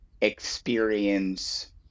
experience